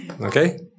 okay